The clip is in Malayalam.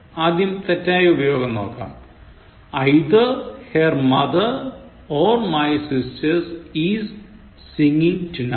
ആദ്യം തെറ്റായ ഉപയോഗം നോക്കാം Either her mother or my sisters is singing tonight